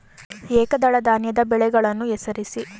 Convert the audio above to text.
ಏಕದಳ ಧಾನ್ಯದ ಬೆಳೆಗಳನ್ನು ಹೆಸರಿಸಿ?